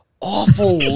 awful